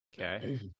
Okay